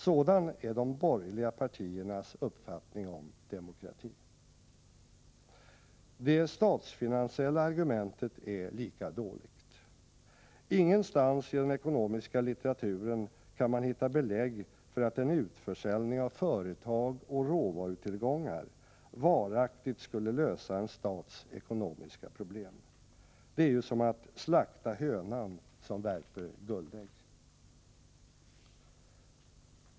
Sådan är de borgerliga partiernas uppfattning om demokrati! Det statsfinansiella argumentet är lika dåligt. Ingenstans i den ekonomiska litteraturen kan man hitta belägg för att en utförsäljning av företag och råvarutillgångar varaktigt skulle lösa en stats ekonomiska problem. Det är ju som att slakta hönan som värper guldägg!